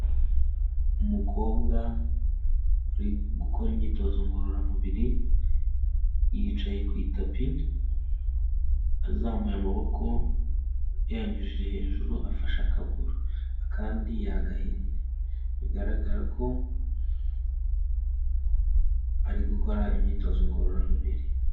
Umukobwa uri gukora imyitozo ngororamubiri, yicaye ku itapi azamuye amaboko yayanyujije hejuru, afashe akaguru akandi ya gahinnye, bigaragara ko ari gukora imyitozo ngororamubiri.